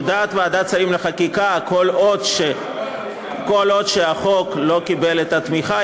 עמדת ועדת השרים לחקיקה היא שכל עוד החוק לא קיבל את התמיכה,